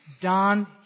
Don